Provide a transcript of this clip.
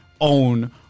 own